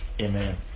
amen